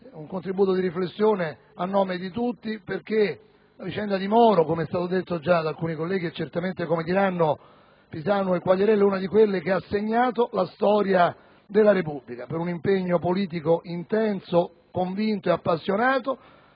contributo di riflessione a nome di tutti perché la vicenda di Moro, come è già stato detto da alcuni colleghi e come certamente diranno i colleghi Pisanu e Quagliariello, è una di quelle che ha segnato la storia della Repubblica, sia per un impegno politico intenso, convinto e appassionato